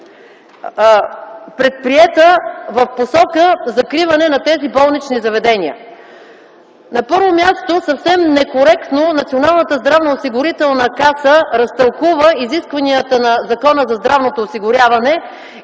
предприета в посока закриване на тези болнични заведения. На първо място, съвсем некоректно Националната здравноосигурителна каса разтълкува изискванията на Закона за здравното осигуряване